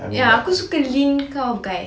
ya aku suka lean kind of guy